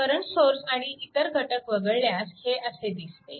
current source आणि इतर घटक वगळल्यास हे असे दिसते